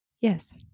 Yes